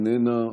איננה,